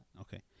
okay